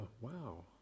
wow